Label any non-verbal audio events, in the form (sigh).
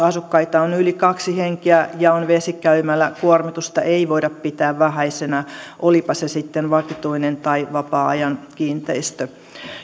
(unintelligible) asukkaita on yli kaksi henkeä ja on vesikäymälä kuormitusta ei voida pitää vähäisenä olipa se sitten vakituinen tai vapaa ajan kiinteistö